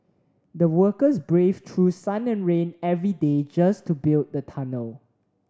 the workers braved through sun and rain every day just to build the tunnel